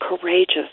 courageous